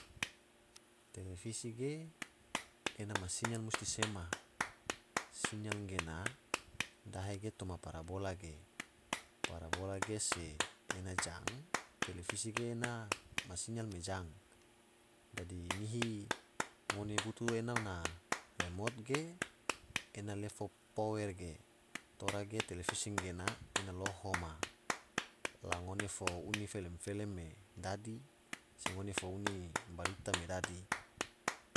Televisi ge ena ma siyal musti sema, siyal gena dahe ge toma parabola ge, parabola ge se ena jang televisi ge ena ma siyal me jang, dadi ngihi ngone butu ena na remut ge ena lefo power ge tora ge, televisi gena ena loho ma, la ngone fo uni felem-felem me dadi se ngone fo uni berita me dadi.